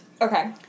Okay